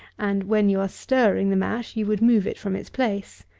and when you are stirring the mash you would move it from its place.